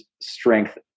strength